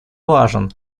важен